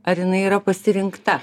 ar jinai yra pasirinkta